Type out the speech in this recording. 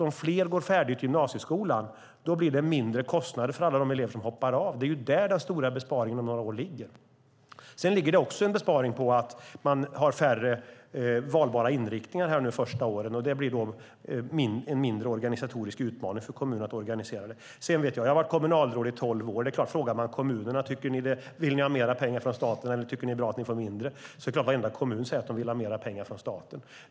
Om fler går färdigt gymnasieskolan blir det mindre kostnader för alla de elever som hoppar av. Det är där den stora besparingen om några år ligger. Det ligger också en besparing i att man har färre valbara inriktningar under de första åren. Då blir det en mindre utmaning för kommunerna att organisera det. Jag har varit kommunalråd i tolv år. Man kan fråga kommunerna: Vill ni ha mer pengar från staten, eller tycker ni att det är bra att ni får mindre? Det är klart att varenda kommun säger att de vill ha mer pengar från staten.